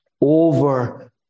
over